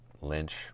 Lynch